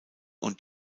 und